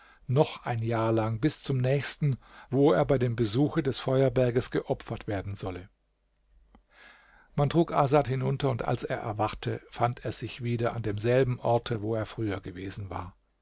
noch ein jahr lang bis zum nächsten wo er bei dem besuche des feuerberges geopfert werden solle man trug asad hinunter und als er erwachte fand er sich wieder an demselben orte wo er früher gewesen war